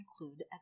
include